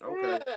Okay